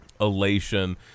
elation